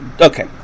okay